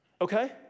Okay